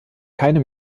keine